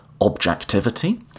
objectivity